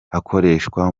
akoreshwa